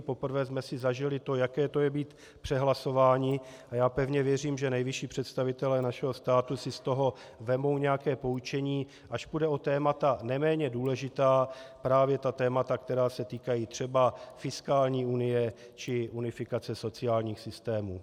Poprvé jsme si zažili to, jaké to je být přehlasováni, a pevně věřím, že nejvyšší představitelé našeho státu si z toho vezmou nějaké poučení, až půjde o témata neméně důležitá, právě o ta témata, která se týkají třeba fiskální unie či unifikace sociálních systémů.